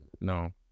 No